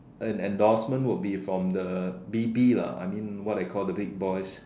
and endorsement will be from the B_B lah I mean what I call the big boys